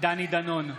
דני דנון,